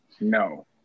no